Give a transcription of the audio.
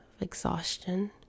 exhaustion